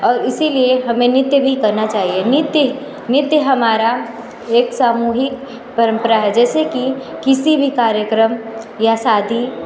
और इसी लिए हमें नृत्य भी करना चाहिए नृत्य नृत्य हमारा एक सामुहीक परम्परा है जैसे कि किसी भी कार्यक्रम या शादी